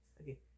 okay